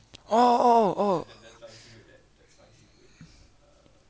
oh oh oh